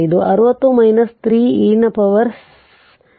5 60 30 e ನ power 0